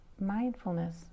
mindfulness